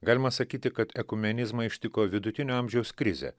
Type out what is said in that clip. galima sakyti kad ekumenizmą ištiko vidutinio amžiaus krizė